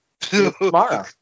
Tomorrow